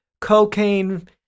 cocaine